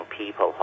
people